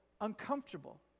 uncomfortable